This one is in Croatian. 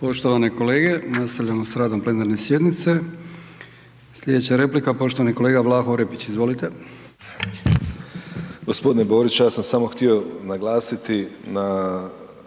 Poštovane kolege, nastavljamo s radom plenarne sjednice. Sljedeća replika, poštovani kolega Vlago Orepić, izvolite. **Orepić, Vlaho (NP)** G. Borić, ja sam samo htio naglasiti